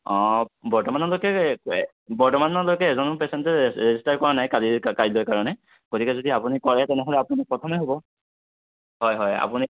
অঁ বৰ্তমানলৈকে বৰ্তমানলৈকে এজনো পেচেণ্টে ৰে ৰেজিষ্টাৰ কৰা নাই কালি কাইলৈৰ কাৰণে গতিকে যদি আপুনি কৰে তেনেহ'লে আপুনি প্ৰথমেই হ'ব হয় হয় আপুনি